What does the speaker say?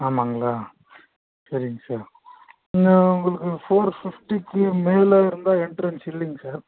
ஆமாம்ங்களா சரிங்க சார் இங்கே உங்களுக்கு ஃபோர் ஃபிஃப்டிக்கு மேலே இருந்தால் எண்ட்ரென்ஸ் இல்லைங்க சார்